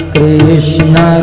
Krishna